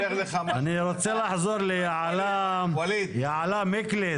אני רוצה לעבור יעלה מקליס.